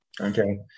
Okay